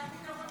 זה הפתרון שלו?